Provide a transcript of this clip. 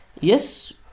Yes